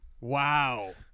Wow